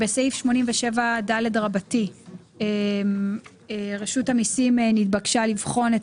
בסעיף 87ד. רשות המיסים נתבקשה לבחון את